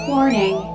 Warning